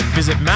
visit